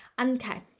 okay